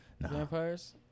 vampires